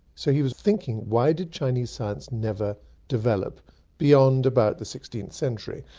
so he was thinking, why did chinese science never develop beyond about the sixteenth century?